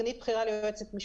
סגנית בכירה ליועצת המשפטית,